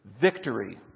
victory